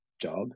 job